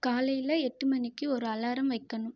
காலையில் எட்டு மணிக்கு ஒரு அலாரம் வைக்கணும்